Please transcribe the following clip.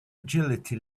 agility